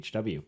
HW